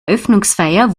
eröffnungsfeier